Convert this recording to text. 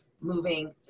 moving